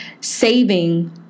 saving